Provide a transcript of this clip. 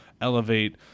elevate